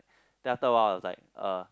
then after a while I was like uh